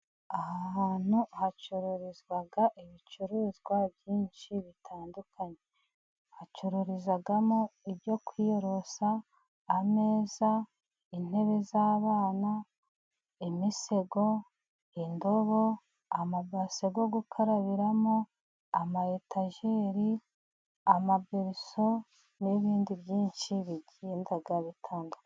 Ahapntu hacururizwa ibicuruzwa byinshi bitandukanye. Hacururizwamo ibyo kwiyorosa, ameza, intebe z'abana, imisego, indobo, amabase, yo gukarabiramo, amayetajeri, amaberiso n'ibindi byinshi bigenda bitandukanye.